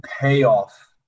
payoff